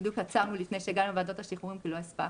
בדיוק עצרנו לפני שהגענו לוועדות השחרורים כי לא הספקנו.